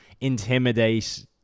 intimidate